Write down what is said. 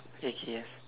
okay yes